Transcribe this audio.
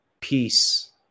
peace